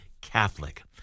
Catholic